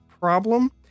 problem